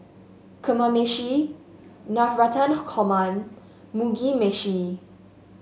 Kamameshi Navratan Korma Mugi Meshi